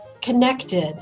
connected